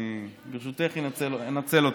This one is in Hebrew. וברשותך אני אנצל אותן.